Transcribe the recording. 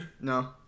No